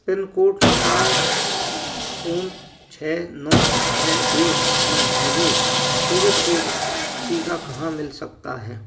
pin code चार शून्य छः नौ छः एक में मुझे कोविशील्ड टीका कहाँ मिल सकता है